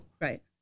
Right